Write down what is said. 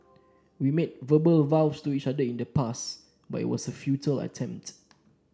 we made verbal vows to each other in the past but it was a futile attempt